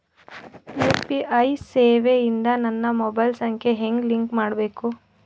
UPI ಸೇವೆ ಇಂದ ನನ್ನ ಮೊಬೈಲ್ ಸಂಖ್ಯೆ ಹೆಂಗ್ ಲಿಂಕ್ ಮಾಡಬೇಕು?